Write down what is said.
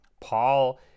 Paul